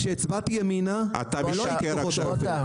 כשהצבעתי ימינה לא הייתי כוחות אופל.